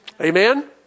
Amen